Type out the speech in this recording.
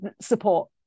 support